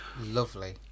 Lovely